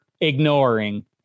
ignoring